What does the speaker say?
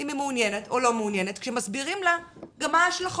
אם היא מעוניינת או לא מעוניינת כשמסבירים לה גם מה ההשלכות.